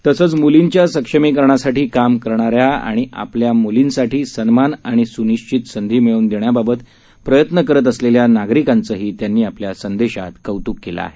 तसंचमुलींच्यासक्षमीकरणासाठीकामकरणाऱ्याआणिआपल्यामुलींसाठीसन्मानआणिसुनिश्चितसंधीमिळवूनदेण्याबाबतप्रय त्नकरतअसलेल्यानागरिकांचहीत्यांनीआपल्यासंदेशातकौतुककेलंआहे